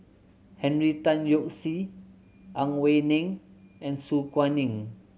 Henry Tan Yoke See Ang Wei Neng and Su Guaning